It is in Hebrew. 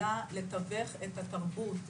אלא לתווך את התרבות,